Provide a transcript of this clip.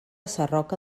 sarroca